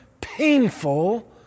painful